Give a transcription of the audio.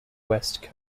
west